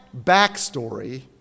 backstory